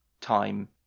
time